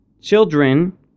children